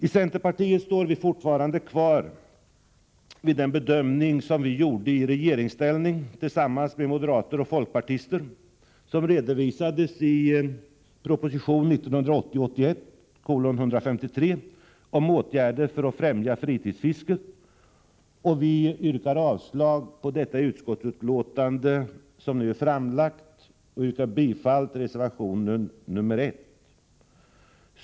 I centerpartiet står vi fortfarande kvar vid den bedömning som vi gjorde i regeringsställning tillsammans med moderater och folkpartister och som redovisades i propositionen 1980/81:153 om åtgärder för att främja fritidsfisket, och vi yrkar avslag på utskottets hemställan och bifall till reservation 1.